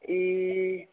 ए